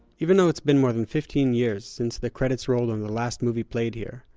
even though it's been more than fifteen years since the credits rolled on the last movie played here,